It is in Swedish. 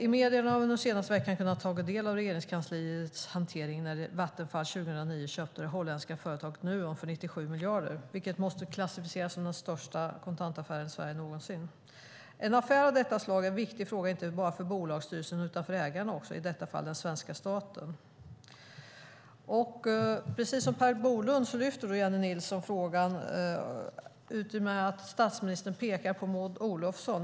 I medierna har vi under den senaste veckan kunnat ta del av Regeringskansliets hantering när Vattenfall år 2009 köpte det holländska företaget Nuon för 97 miljarder kronor, vilket måste klassificeras som den största kontantaffären i Sverige någonsin. En affär av detta slag är en viktig fråga inte bara för bolagsstyrelsen utan också för ägaren, i detta fall den svenska staten." Precis som Per Bolund lyfter Jennie Nilsson upp att statsministern pekar på Maud Olofsson.